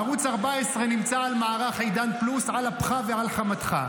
ערוץ 14 נמצא על מערך עידן פלוס על אפך ועל חמתך.